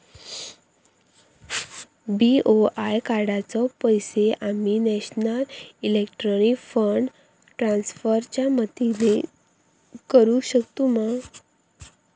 BOI कार्डाचे पैसे आम्ही नेशनल इलेक्ट्रॉनिक फंड ट्रान्स्फर च्या मदतीने भरुक शकतू मा?